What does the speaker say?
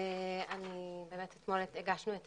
באמת אתמול הגשנו את